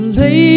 lay